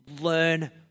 Learn